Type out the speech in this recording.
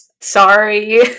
Sorry